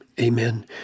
Amen